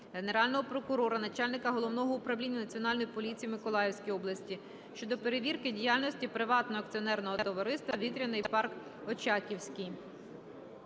Генерального прокурора, начальника Головного управління Національної поліції в Миколаївській області щодо перевірки діяльності Приватного акціонерного товариства "Вітряний парк Очаківський".